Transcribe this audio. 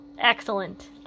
excellent